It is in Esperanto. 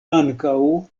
ankaŭ